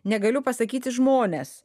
negaliu pasakyti žmones